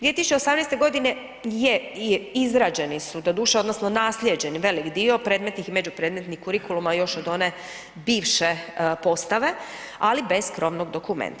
2018. g. je, izrađeni su, doduše, odnosno naslijeđeni, velik dio, predmetnih i međupredmetnih kurikuluma još od one bivše postave, ali bez krovnog dokumenta.